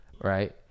right